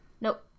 Nope